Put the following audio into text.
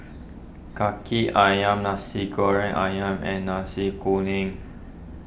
Kaki Ayam Nasi Goreng Ayam and Nasi Kuning